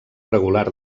regular